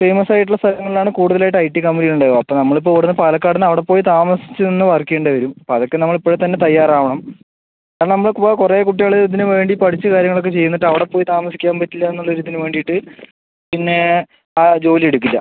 famous ആയിട്ടുള്ള സ്ഥലങ്ങളിലാണ് കൂടുതലായിട്ട് ഐ ടി കമ്പനികൾ ഉണ്ടാവുക അപ്പം നമ്മൾ ഇപ്പം ഇവിടെനിന്ന് പാലക്കാടുനിന്ന് അവിടെ പോയി താമസിച്ച് നിന്ന് വർക്ക് ചെയ്യേണ്ടി വരും അപ്പം അതൊക്കെ നമ്മൾ ഇപ്പോൾ തന്നെ തയ്യാറാവണം നമ്മള കൂടെ കുറേ കുട്ടികൾ ഇതിന് വേണ്ടി പഠിച്ച് കാര്യങ്ങളൊക്കെ ചെയ്യും എന്നിട്ട് അവിടെ പോയി താമസിക്കാൻ പറ്റില്ലെന്നുള്ള ഒരു ഇതിന് വേണ്ടിയിട്ട് പിന്നെ ആ ജോലി എടുക്കില്ല